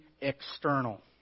external